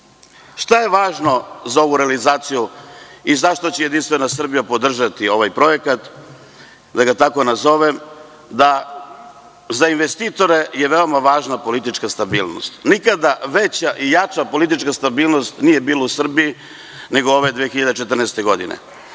je važno za ovu realizaciju i zašto će Jedinstvena Srbija podržati ovaj projekat, da ga tako nazovem? Za investitore je veoma važna politička stabilnost. Nikada veća i jača politička stabilnost nije bila u Srbiji nego ove 2014. godine,